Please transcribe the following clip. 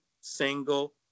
single